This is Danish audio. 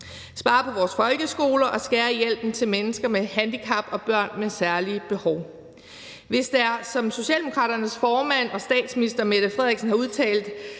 spare på vores folkeskoler og skære i hjælpen til mennesker med handicap og børn med særlige behov. Hvis der, som Socialdemokraternes formand og statsminister, Mette Frederiksen, har udtalt,